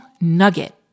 nugget